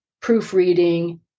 proofreading